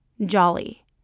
jolly